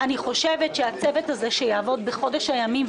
החזון שלנו,